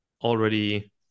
already